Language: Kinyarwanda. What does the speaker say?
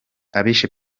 abishe